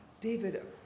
David